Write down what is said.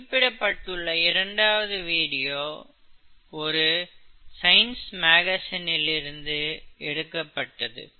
இங்கே குறிப்பிட்டுள்ள இரண்டாவது வீடியோ ஒரு சயின்ஸ் மேகசின் இல் இருந்து எடுக்கப்பட்டது